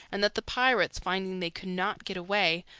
and that the pirates, finding they could not get away,